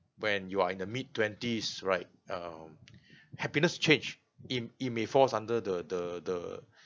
when you are in the mid twenties right um happiness change it it may falls under the the the